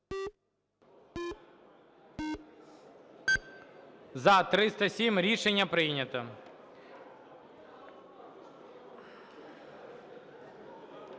За-307 Рішення прийнято.